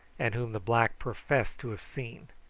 and whom the black professed to have seen.